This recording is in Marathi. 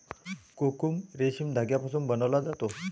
कोकून रेशीम धाग्यापासून बनवला जातो